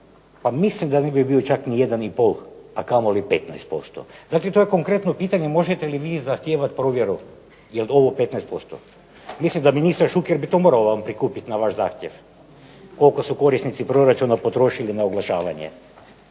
pa mislim da ne bi bio ni 1,5 a kamoli 15%. Dakle, to je konkretno pitanje, možete li vi zahtijevati provjeru jel ovo 15%? Mislim da ministar Šuker bi morao to prikupiti na vaš zahtjev, koliko su korisnici proračuna potrošili na oglašavanje,